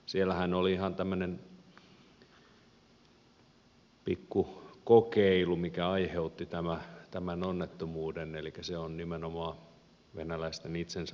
siellähän oli ihan tämmöinen pikku kokeilu mikä aiheutti tämän onnettomuuden elikkä se on nimenomaan venäläisten itsensä aiheuttama